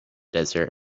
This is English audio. desert